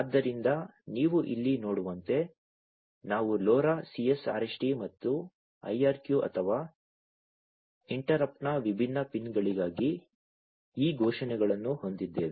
ಆದ್ದರಿಂದ ನೀವು ಇಲ್ಲಿ ನೋಡುವಂತೆ ನಾವು LoRa CS RST ಮತ್ತು IRQ ಅಥವಾ ಇಂಟರಪ್ಟ್ನ ವಿಭಿನ್ನ ಪಿನ್ಗಳಿಗಾಗಿ ಈ ಘೋಷಣೆಗಳನ್ನು ಹೊಂದಿದ್ದೇವೆ